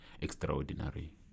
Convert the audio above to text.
extraordinary